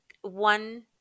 One